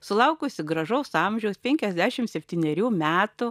sulaukusi gražaus amžiaus penkiasdešim septynerių metų